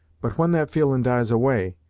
but when that feelin' dies away,